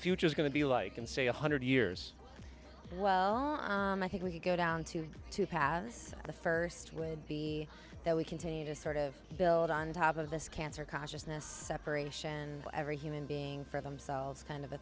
future is going to be like in say one hundred years well i think we go down to two paths the first would be that we continue to sort of build on top of this cancer consciousness separation and every human being for themselves kind of a